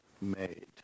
made